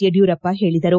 ಯಡಿಯೂರಪ್ಪ ಹೇಳಿದರು